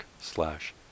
slash